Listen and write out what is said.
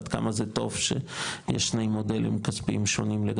עד כמה זה טוב שיש שני מודלים כספיים לגמרי,